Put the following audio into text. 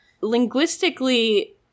Linguistically